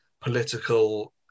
political